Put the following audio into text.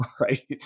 right